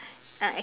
ah